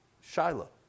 Shiloh